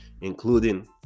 including